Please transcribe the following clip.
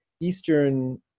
Eastern